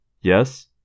Yes